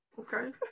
Okay